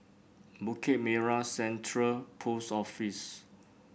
Bukit Merah Central Post Office